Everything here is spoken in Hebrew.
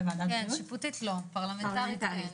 שיפוטית, פרלמנטרית.